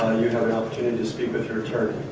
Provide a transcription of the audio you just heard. you have an opportunity to speak with your attorney. ah,